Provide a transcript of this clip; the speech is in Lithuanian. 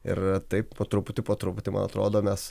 ir taip po truputį po truputį man atrodo mes